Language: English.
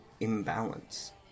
imbalance